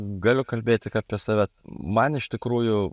galiu kalbėt tik apie save man iš tikrųjų